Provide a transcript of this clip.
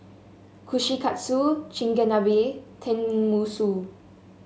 Kushikatsu Chigenabe Tenmusu